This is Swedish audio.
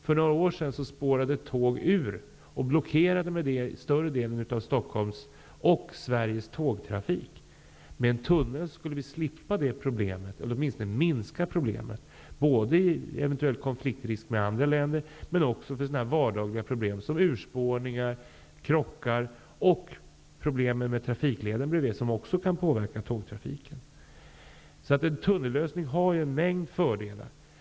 För några år sedan spårade ett tåg ur och blockerade större delen av Stockholms och Sveriges tågtrafik. Med en tunnel skulle vi slippa det problemet, eller åtminstone minska problemet, både när det gäller eventuella konfliktrisker med andra länder men också när det gäller vardagliga problem som urspårningar, krockar och problem med trafikleden bredvid som också kan påverka tågtrafiken. En tunnellösning har därför en mängd fördelar.